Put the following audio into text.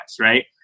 right